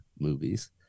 movies